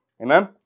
Amen